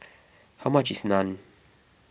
how much is Naan